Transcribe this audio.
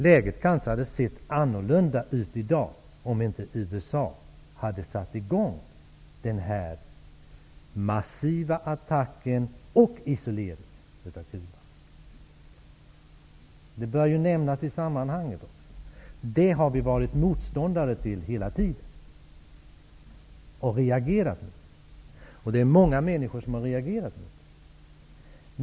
Läget kanske hade sett annorlunda ut i dag om inte USA hade satt i gång den här massiva attacken och isoleringen av Cuba. Det bör nämnas i sammanhanget. Det har vi varit motståndare till hela tiden och reagerat mot. Det är många som har reagerat mot det.